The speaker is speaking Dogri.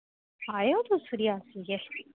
आए ओ तुस रियासी